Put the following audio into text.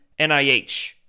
nih